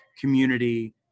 community